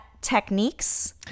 techniques